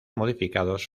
modificados